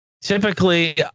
Typically